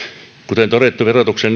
kuten todettu verotuksen